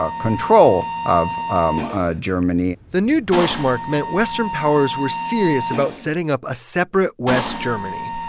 ah control of um ah germany the new deutsche mark meant western powers were serious about setting up a separate west germany.